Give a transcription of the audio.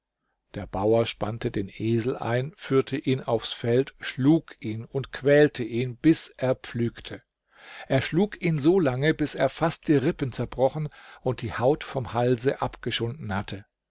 der bauer spannte den esel ein führte ihn aufs feld schlug ihn und quälte ihn bis er pflügte er schlug in so lange bis er fast die rippen zerbrochen und die haut vom halse abgeschunden hatte